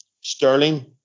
Sterling